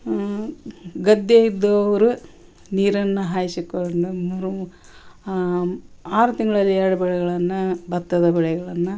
ಗದ್ದೆ ಇದ್ದವರು ನೀರನ್ನು ಹಾಯಿಸ್ಕೊಂಡು ಮೂ ಹಾಂ ಆರು ತಿಂಗಳಲ್ಲಿ ಎರಡು ಬೆಳೆಗಳನ್ನು ಭತ್ತದ ಬೆಳೆಗಳನ್ನು